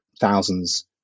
thousands